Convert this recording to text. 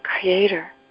Creator